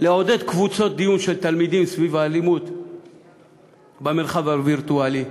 לעודד קבוצות דיון של תלמידים סביב האלימות במרחב הווירטואלי,